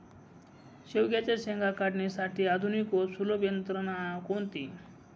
शेवग्याच्या शेंगा काढण्यासाठी आधुनिक व सुलभ यंत्रणा कोणती?